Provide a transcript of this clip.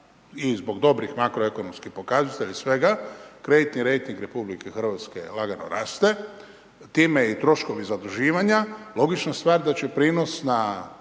i zbog dobrih makro-ekonomskih pokazatelja i svega, kreditni rejting RH lagano raste, time i troškovi zaduživanja, logična stvar da će prinos na